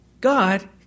God